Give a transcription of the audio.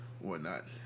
whatnot